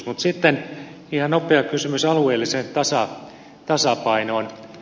mutta sitten ihan nopea kysymys alueellisesta tasapainosta